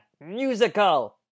musical